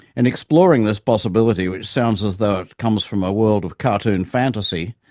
in exploring this possibility, which sounds as though it comes from a world of cartoon fantasy,